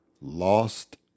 lost